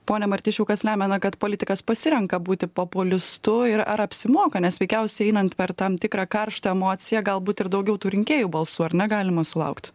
pone martišiau kas lemia na kad politikas pasirenka būti populistu ir ar apsimoka nes veikiausiai einant per tam tikrą karštą emociją galbūt ir daugiau tų rinkėjų balsų ar ne galima sulaukt